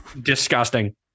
Disgusting